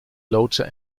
loodsen